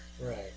Right